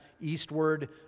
eastward